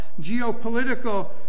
geopolitical